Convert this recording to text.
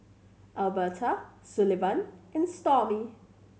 Elberta Sullivan and Stormy